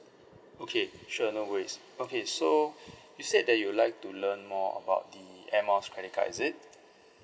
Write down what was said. okay sure no worries okay so you said that you like to learn more about the air miles credit card is it